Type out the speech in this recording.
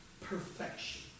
perfection